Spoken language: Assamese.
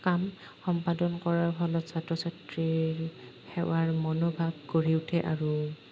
কাম সম্পাদন কৰাৰ ফলত ছাত্ৰ ছাত্ৰীৰ সেৱাৰ মনোভাৱ গঢ়ি উঠে আৰু